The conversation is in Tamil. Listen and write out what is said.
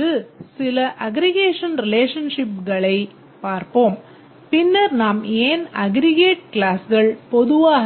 இங்கு சில அக்ரிகேஷன் ரிலேஷன்ஷிப்களைப் அனைத்து